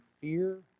fear